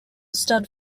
stunt